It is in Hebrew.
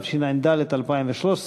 התשע"ד 2013,